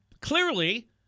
clearly